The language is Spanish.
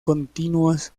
continuos